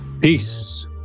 Peace